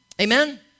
Amen